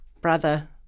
brother